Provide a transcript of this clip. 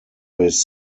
his